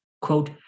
Quote